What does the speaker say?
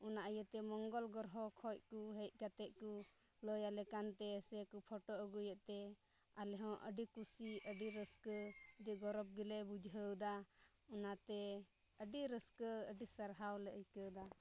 ᱚᱱᱟ ᱤᱭᱟᱹᱛᱮ ᱢᱚᱝᱜᱚᱞ ᱜᱨᱚᱦᱚ ᱠᱷᱚᱡ ᱠᱚ ᱦᱮᱡ ᱠᱟᱛᱮᱫ ᱠᱚ ᱞᱟᱹᱭ ᱟᱞᱮ ᱠᱟᱱᱛᱮ ᱥᱮᱠᱚ ᱯᱷᱳᱴᱳ ᱟᱹᱜᱩᱭᱮᱫ ᱛᱮ ᱟᱞᱮᱦᱚᱸ ᱟᱹᱰᱤ ᱠᱩᱥᱤ ᱟᱹᱰᱤ ᱨᱟᱹᱥᱠᱟᱹ ᱟᱹᱰᱤ ᱜᱚᱨᱚᱵᱽ ᱜᱮᱞᱮ ᱵᱩᱡᱷᱟᱹᱣᱫᱟ ᱚᱱᱟᱛᱮ ᱟᱹᱰᱤ ᱨᱟᱹᱥᱠᱟᱹ ᱟᱹᱰᱤ ᱥᱟᱨᱦᱟᱣ ᱞᱮ ᱟᱹᱭᱠᱟᱹᱣᱫᱟ